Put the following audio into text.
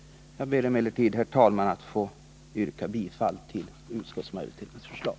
Jag ber att få yrka bifall till utskottets hemställan.